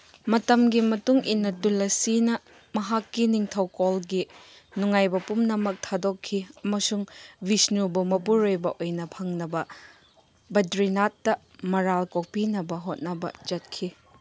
ꯃꯇꯝꯒꯤ ꯃꯇꯨꯡ ꯏꯟꯅ ꯇꯨꯂꯁꯤꯅ ꯃꯍꯥꯛꯀꯤ ꯅꯤꯡꯊꯧꯀꯣꯜꯒꯤ ꯅꯨꯡꯉꯥꯏꯕ ꯄꯨꯝꯅꯃꯛ ꯊꯥꯗꯣꯛꯈꯤ ꯑꯃꯁꯨꯡ ꯕꯤꯁꯅꯨꯕꯨ ꯃꯄꯨꯔꯣꯏꯕ ꯑꯣꯏꯅ ꯐꯪꯅꯕ ꯕꯗ꯭ꯔꯤꯅꯥꯊꯇ ꯃꯔꯥꯜ ꯀꯣꯛꯄꯤꯅꯕ ꯍꯣꯠꯅꯕ ꯆꯠꯈꯤ